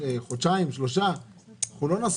חודשיים-שלושה אנחנו לא נספיק,